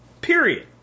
Period